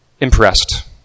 impressed